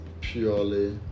purely